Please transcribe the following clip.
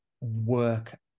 work